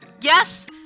Yes